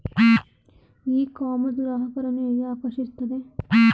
E commerce ಗ್ರಾಹಕರನ್ನು ಹೇಗೆ ಆಕರ್ಷಿಸುತ್ತದೆ?